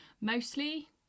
mostly